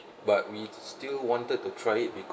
but we still wanted to try it because